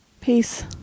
peace